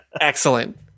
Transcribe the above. Excellent